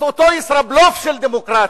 אותו ישראבלוף של דמוקרטיה,